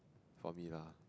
for me lah